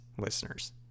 listeners